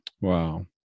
Wow